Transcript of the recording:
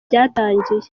byatangiye